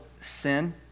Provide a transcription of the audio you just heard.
sin